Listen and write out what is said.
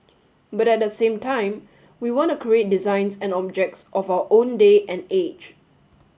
but at the same time we want to create designs and objects of our own day and age